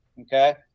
Okay